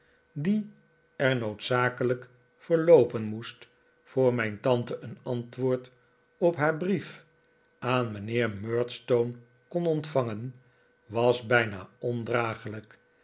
die er noodzakelijk verloopen moest voor mijn tante een ant woord op haar brief aan mijnheer murdstone kon ontvangen was bijna ondraaglijk